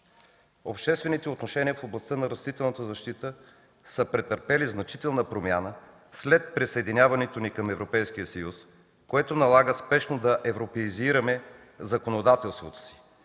Обществените отношения в областта на растителната защита са претърпели значителна промяна след присъединяването ни към Европейския съюз, което налага спешно да европеизираме законодателството си.